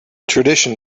tradition